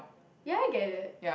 ya I get it